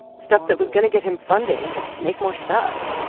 stuff that was going to get him funding to make more stuff?